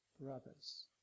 brothers